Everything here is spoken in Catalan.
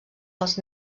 als